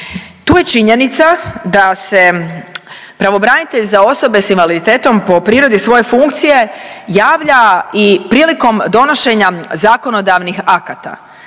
Tu je činjenica da se pravobranitelj za osobe s invaliditetom po prirodi svoje funkcije javlja i prilikom donošenja zakonodavnih akata.